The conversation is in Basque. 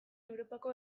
europako